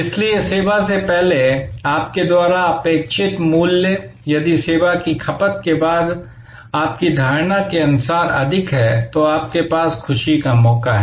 इसलिए सेवा से पहले आपके द्वारा अपेक्षित मूल्य यदि सेवा की खपत के बाद आपकी धारणा के अनुसार अधिक है तो आपके पास खुशी का मौका है